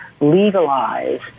legalize